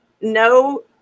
no